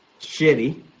shitty